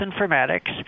informatics